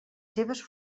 seves